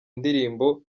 ndirimbo